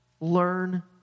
learn